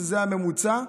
שזה הממוצע,